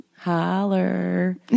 holler